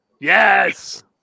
Yes